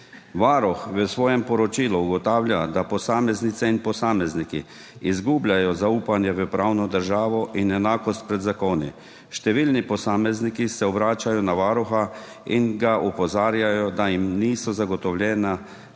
Varuh v svojem poročilu ugotavlja, da posameznice in posamezniki izgubljajo zaupanje v pravno državo in enakost pred zakoni. Številni posamezniki se obračajo na Varuha in ga opozarjajo, da jim ni zagotovljena pravna